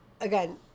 Again